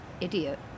idiot